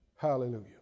Hallelujah